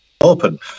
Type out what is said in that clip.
open